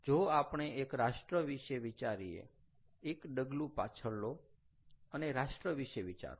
જો આપણે એક રાષ્ટ્ર વિશે વિચારીએ એક ડગલું પાછળ લો અને રાષ્ટ્ર વિષે વિચારો